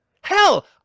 Hell